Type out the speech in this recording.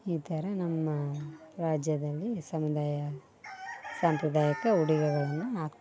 ಈ ಥರ ನಮ್ಮ ರಾಜ್ಯದಲ್ಲಿ ಸಮುದಾಯ ಸಾಂಪ್ರದಾಯಿಕ ಉಡುಗೆಗಳನ್ನು ಹಾಕ್ತಾರೆ